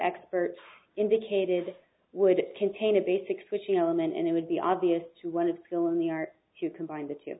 experts indicated would contain a basic switching element and it would be obvious to one of skill in the art to combine the two